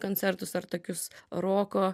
koncertus ar tokius roko